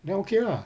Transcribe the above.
then okay lah